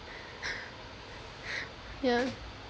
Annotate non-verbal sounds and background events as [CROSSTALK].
[LAUGHS] yeah